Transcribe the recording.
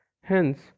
Hence